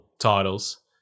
titles